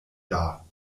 dar